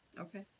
Okay